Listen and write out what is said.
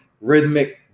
rhythmic